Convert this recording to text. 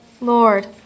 Lord